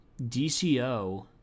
DCO